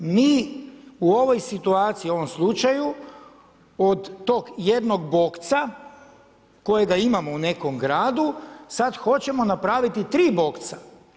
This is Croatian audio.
Mi u ovoj situaciji, u ovom slučaju od tog jednog bokca kojega imamo u nekom gradu sada hoćemo napraviti 3 bokca.